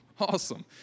awesome